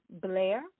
Blair